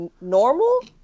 normal